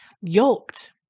yoked